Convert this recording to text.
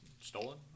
stolen